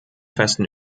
festen